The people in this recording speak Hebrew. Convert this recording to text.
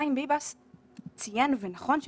חיים ביבס ציין, ונכון שכך,